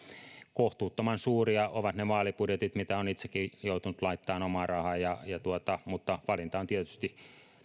kohtuuttoman suuria ovat olleet ne vaalibudjetit mitä olen itsekin joutunut laittamaan omaa rahaa mutta valinta on tietysti